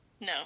No